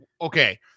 okay